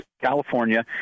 California